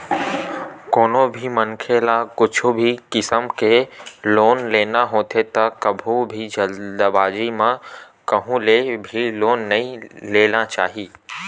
कोनो भी मनखे ल कुछु भी किसम के लोन लेना होथे त कभू भी जल्दीबाजी म कहूँ ले भी लोन नइ ले लेना चाही